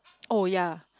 oh ya